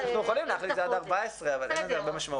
אנחנו מוכנים להכניס את זה עד 14. אין לזה הרבה משמעות.